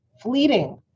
fleeting